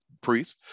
priests